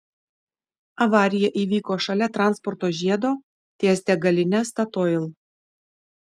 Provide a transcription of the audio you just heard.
avarija įvyko šalia transporto žiedo ties degaline statoil